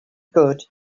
good